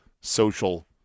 social